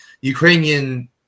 Ukrainian